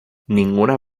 ninguna